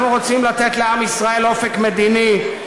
אנחנו רוצים לתת לעם ישראל אופק מדיני,